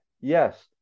yes